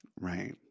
Right